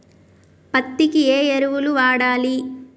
పత్తి కి ఏ ఎరువులు వాడాలి?